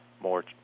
more